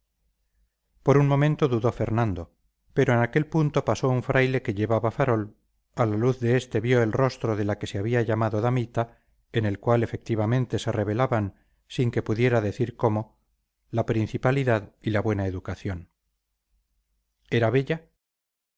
por un momento dudó fernando pero en aquel punto pasó un fraile que llevaba farol a la luz de este vio el rostro de la que se había llamado damita en el cual efectivamente se revelaban sin que pudiera decir cómo la principalidad y la buena educación era bella